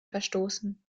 verstoßen